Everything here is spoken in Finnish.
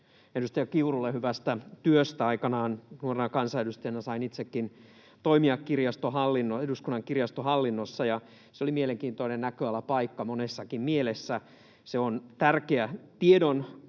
edustaja Kiurulle hyvästä työstä. Aikanaan nuorena kansanedustajana sain itsekin toimia Eduskunnan kirjaston hallinnossa, ja se oli mielenkiintoinen näköalapaikka monessakin mielessä. Se on tärkeä tiedon